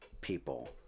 people